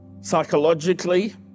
psychologically